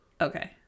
Okay